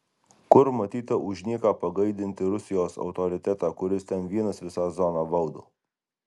kur matyta už nieką pagaidinti rusijos autoritetą kuris ten vienas visą zoną valdo